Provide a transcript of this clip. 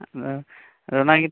ᱚᱱᱟᱜᱤ